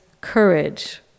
courage